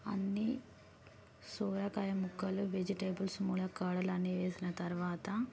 అన్నీ సోరకాయ ముక్కలు వెజిటేబుల్స్ ములక్కాడలు అన్ని వేసిన తర్వాత